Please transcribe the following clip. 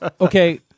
okay